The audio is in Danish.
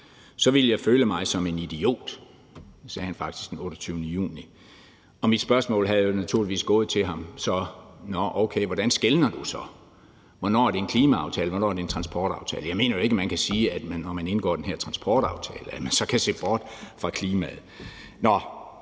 ville jeg føle mig som en idiot. Det sagde han faktisk den 28. juni, og mit spørgsmål til ham havde naturligvis været: Nå, okay, hvordan skelner du så? Hvornår er det en klimaaftale, og hvornår er det en transportaftale? Jeg mener jo ikke, at man, når man indgår den her transportaftale, kan sige, at man så kan se bort fra klimaet. Nå,